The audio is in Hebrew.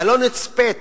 הלא-נצפית